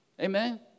Amen